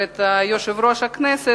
ואת יושב-ראש הכנסת,